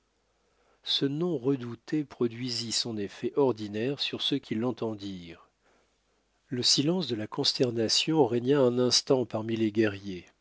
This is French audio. ce nom redouté produisit son effet ordinaire sur ceux qui l'entendirent le silence de la consternation régna un instant parmi les guerriers